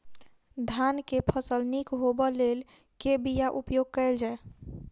धान केँ फसल निक होब लेल केँ बीया उपयोग कैल जाय?